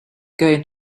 going